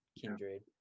Kindred